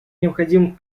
необходимым